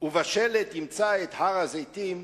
ובשלט ימצא את הר-הזיתים,